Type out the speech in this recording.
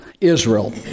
israel